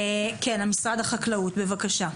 כן, משרד החקלאות, בבקשה.